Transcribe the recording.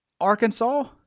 Arkansas